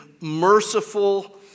merciful